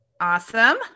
Awesome